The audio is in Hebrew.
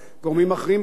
כדי לפגוע,